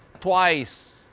twice